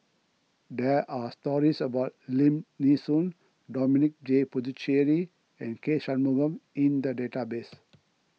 there are stories about Lim Nee Soon Dominic J Puthucheary and K Shanmugam in database